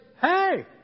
hey